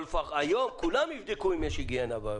אבל היום כולם יבדקו אם יש היגיינה.